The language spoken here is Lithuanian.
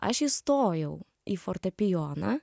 aš įstojau į fortepijoną